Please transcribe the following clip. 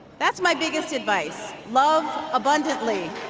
that's my biggest advice love abundantly.